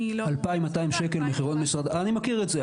אני לא --- אני מכיר את זה.